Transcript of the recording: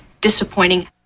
disappointing